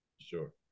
Sure